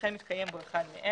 וכן מתקיים בו אחד מאלה: